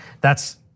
that's-